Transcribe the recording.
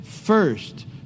First